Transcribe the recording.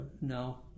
no